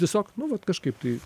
tiesiog nu vat kažkaip tai